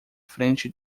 frente